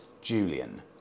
Julian